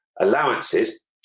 allowances